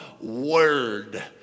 word